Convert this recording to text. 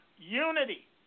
unity